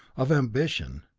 of ambition,